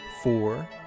Four